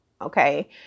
okay